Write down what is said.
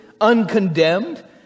uncondemned